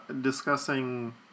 discussing